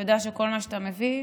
אתה יודע שכל מה שאתה מביא,